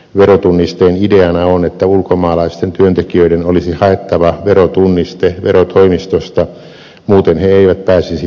verotunnisteen ideana on että ulkomaalaisten työntekijöiden olisi haettava verotunniste verotoimistosta muuten he eivät pääsisi työmaalle suomessa